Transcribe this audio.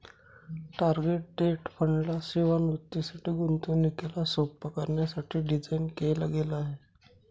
target date fund ला सेवानिवृत्तीसाठी, गुंतवणुकीला सोप्प करण्यासाठी डिझाईन केल गेल आहे